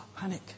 Panic